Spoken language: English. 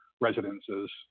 residences